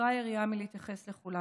וקצרה היריעה מלהתייחס לכולם.